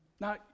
now